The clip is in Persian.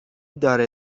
داره